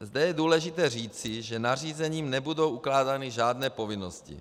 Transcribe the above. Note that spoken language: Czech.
Zde je důležité říci, že nařízením nebudou ukládány žádné povinnosti.